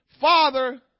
father